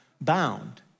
bound